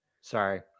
sorry